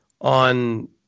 on